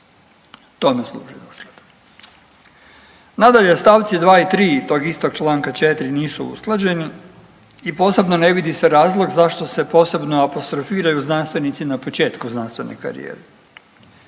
Tome služi. Nadalje u stavci dva i tri tog istog članka 4. nisu usklađeni i posebno ne vidi se razlog zašto se posebno apostrofiraju znanstvenici na početku znanstvene karijere,